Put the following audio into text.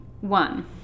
One